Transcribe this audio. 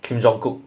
kim jong kook